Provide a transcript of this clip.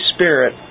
Spirit